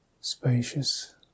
spacious